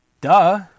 duh